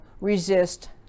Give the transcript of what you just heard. resist